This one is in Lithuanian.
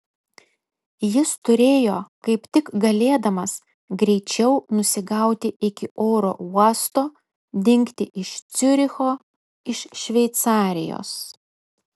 jis turėjo kaip tik galėdamas greičiau nusigauti iki oro uosto dingti iš ciuricho iš šveicarijos